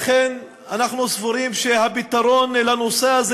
לכן אנחנו סבורים שהפתרון לנושא הזה